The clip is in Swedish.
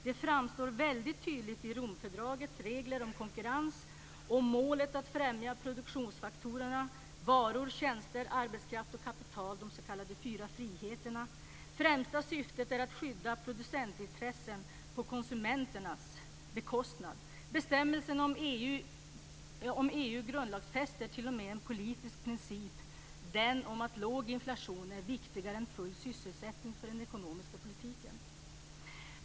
Det framstår väldigt tydligt i Romfördragets regler om konkurrens och i målet att främja produktionsfaktorerna varor, tjänster, arbetskraft och kapital - de s.k. fyra friheterna. Det främsta syftet är att skydda producentintressen på konsumenternas bekostnad. Bestämmelserna om EMU grundlagsfäster t.o.m. en politisk princip, att låg inflation är viktigare än full sysselsättning för den ekonomiska politiken.